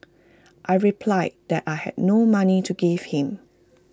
I replied that I had no money to give him